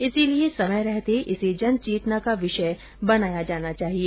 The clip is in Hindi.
इसलिए समय रहते इसे जन चेतना का विषय बनाया जाना चाहिए